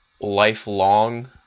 lifelong